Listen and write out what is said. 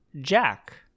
Jack